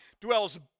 dwells